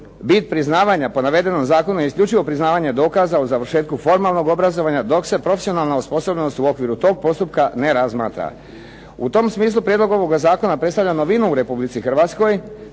bit priznavanja po navedenom zakonu je isključivo priznavanje dokaza o završetku formalnog obrazovanja, dok se profesionalna osposobljenost u okviru tog postupka ne razmatra. U tom smislu prijedlog ovog zakona predstavlja novinu u Republici Hrvatskoj,